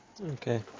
Okay